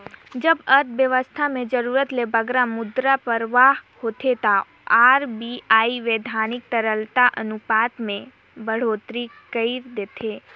जब अर्थबेवस्था में जरूरत ले बगरा मुद्रा परवाह होथे ता आर.बी.आई बैधानिक तरलता अनुपात में बड़होत्तरी कइर देथे